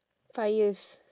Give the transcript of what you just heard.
five years